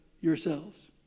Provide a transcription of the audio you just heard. yourselves